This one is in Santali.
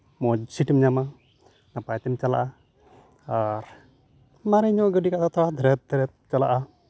ᱢᱚᱡᱽ ᱥᱤᱴᱮᱢ ᱧᱟᱢᱟ ᱱᱟᱯᱟᱭ ᱛᱮᱧ ᱪᱟᱞᱟᱜᱼᱟ ᱟᱨ ᱢᱟᱨᱮ ᱧᱚᱜ ᱜᱟᱹᱰᱤ ᱠᱷᱟᱡ ᱫᱚ ᱛᱷᱚᱲᱟ ᱛᱮ ᱪᱟᱞᱟᱜᱼᱟ